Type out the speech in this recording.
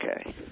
okay